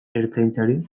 ertzaintzari